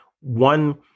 one